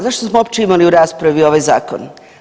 Zašto smo uopće imali u raspravi ovaj zakon?